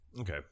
Okay